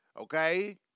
Okay